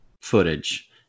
footage